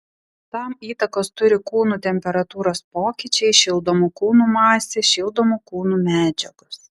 tam įtakos turi kūnų temperatūros pokyčiai šildomų kūnų masė šildomų kūnų medžiagos